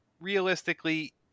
realistically